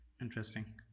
Interesting